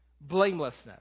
blamelessness